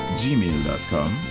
gmail.com